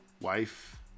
wife